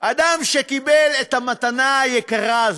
אדם שקיבל את המתנה היקרה הזאת,